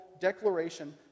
declaration